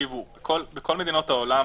בכל מדינות העולם